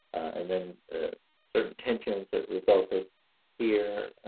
and then certain tensions that resulted here.